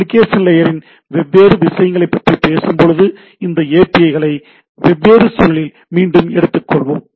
application லேயரின் வெவ்வேறு விஷயங்களைப் பற்றிப் பேசும்போது இந்த ஏபிஐ களை வெவ்வேறு சூழலில் மீண்டும் எடுத்துக்கொள்வோம்